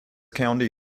county